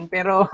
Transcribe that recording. Pero